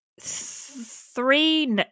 Three